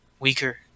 weaker